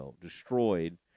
destroyed